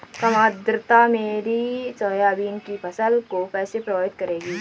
कम आर्द्रता मेरी सोयाबीन की फसल को कैसे प्रभावित करेगी?